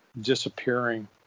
disappearing